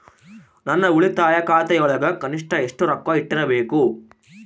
ನನ್ನ ಉಳಿತಾಯ ಖಾತೆಯೊಳಗ ಕನಿಷ್ಟ ಎಷ್ಟು ರೊಕ್ಕ ಇಟ್ಟಿರಬೇಕು?